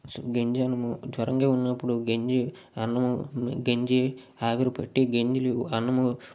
గంజి అన్నము జ్వరంగా ఉన్నప్పుడు గంజి అన్నము గంజి ఆవిరిపట్టి గంజి అన్నము